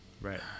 Right